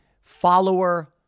follower